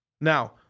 Now